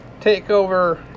TakeOver